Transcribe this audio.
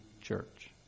church